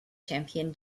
champion